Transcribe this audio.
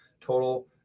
total